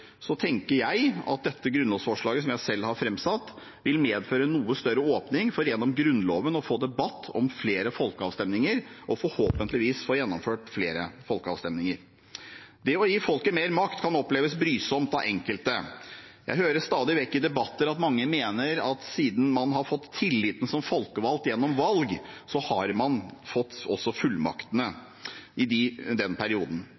tenker jeg at dette grunnlovsforslaget, som jeg selv har vært med på å framsette, vil medføre en noe større åpning for gjennom Grunnloven å få debatt om flere folkeavstemninger og forhåpentligvis få gjennomført flere folkeavstemninger. Det å gi folket mer makt kan oppleves brysomt av enkelte. Jeg hører stadig vekk i debatter at mange mener at siden man har fått tilliten som folkevalgt gjennom valg, har man også fått fullmaktene i den gjeldende perioden.